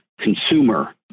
consumer